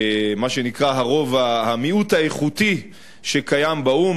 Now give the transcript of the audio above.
מה שנקרא המיעוט האיכותי שקיים באו"ם,